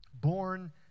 Born